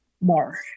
more